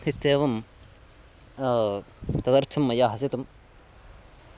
इत्येवं तदर्थं मया हसितम्